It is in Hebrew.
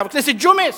חבר הכנסת ג'ומס,